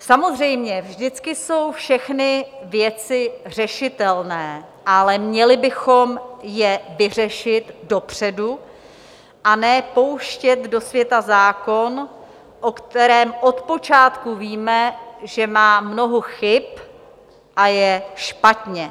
Samozřejmě, vždycky jsou všechny věci řešitelné, ale měli bychom je vyřešit dopředu, a ne pouštět do světa zákon, o kterém od počátku víme, že má mnoho chyb a je špatně.